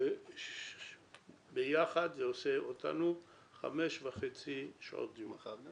ההודעה האחרונה שלי: אני מבקש ממשרד העבודה להיות פנוי